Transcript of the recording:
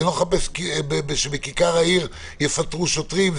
אני לא מחפש שבכיכר העיר יפטרו שוטרים,